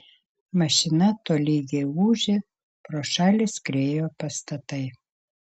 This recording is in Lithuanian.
mašina tolygiai ūžė pro šalį skriejo pastatai